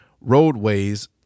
roadways